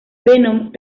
venom